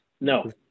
No